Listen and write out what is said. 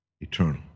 eternal